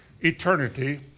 eternity